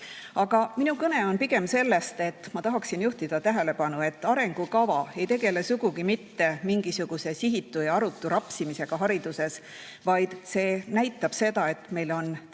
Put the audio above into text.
minu kõne on pigem sellest, et ma tahaksin juhtida tähelepanu, et arengukava ei tegele sugugi mitte mingisuguse sihitu ja arutu rapsimisega hariduses, vaid see näitab seda, et meil on